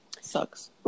Sucks